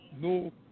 no